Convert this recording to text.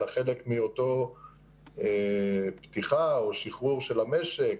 אלא חלק מאותה פתיחה או שחרור של המשק,